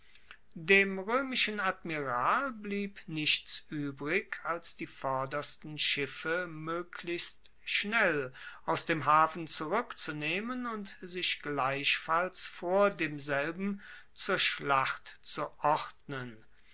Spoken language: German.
dem roemischen admiral blieb nichts uebrig als die vordersten schiffe moeglichst schnell aus dem hafen zurueckzunehmen und sich gleichfalls vor demselben zur schlacht zu ordnen